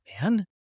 man